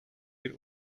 bir